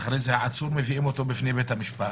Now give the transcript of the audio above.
ואחרי זה העצור מביאים אותו בפני בית המשפט